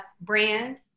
brand